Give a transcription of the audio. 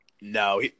No